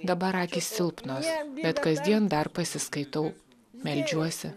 dabar akys silpnos bet kasdien dar pasiskaitau meldžiuosi